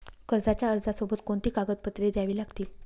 कर्जाच्या अर्जासोबत कोणती कागदपत्रे द्यावी लागतील?